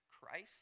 Christ—